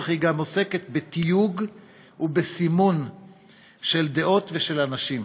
אך היא גם עוסקת בתיוג ובסימון של דעות ושל אנשים.